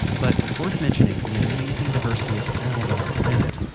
but it's worth mentioning the amazing diversity of sound on our planet.